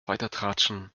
weitertratschen